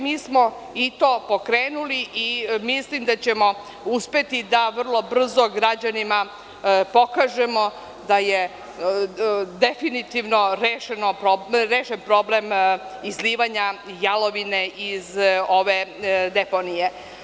Mi smo i to pokrenuli i mislim da ćemo uspeti da vrlo brzo građanima pokažemo da je definitivno rešen problem izlivanja jalovine iz ove deponije.